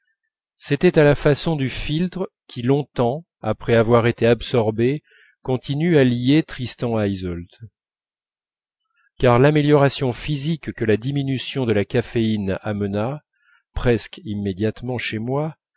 c'était à la façon du philtre qui longtemps après avoir été absorbé continue à lier tristan à yseult car l'amélioration physique que la diminution de la caféine amena presque immédiatement chez moi